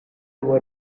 were